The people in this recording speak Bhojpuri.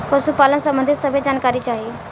पशुपालन सबंधी सभे जानकारी चाही?